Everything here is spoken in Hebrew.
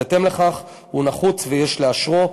בהתאם לכך, הוא נחוץ, ויש לאשרו.